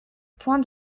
point